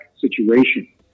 situation